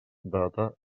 data